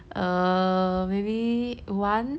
err maybe one